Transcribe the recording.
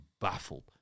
baffled